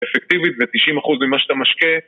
אפקטיבית זה 90% ממה שאתה משקה